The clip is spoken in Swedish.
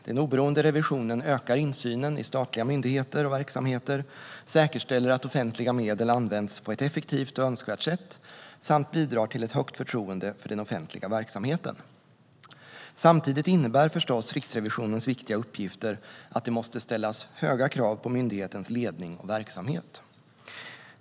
Den oberoende revisionen ökar insynen i statliga myndigheter och verksamheter, säkerställer att offentliga medel används på ett effektivt och önskvärt sätt samt bidrar till ett högt förtroende för den offentliga verksamheten. Samtidigt innebär förstås Riksrevisionens viktiga uppgifter att det måste ställas höga krav på myndighetens ledning och verksamhet.